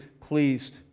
pleased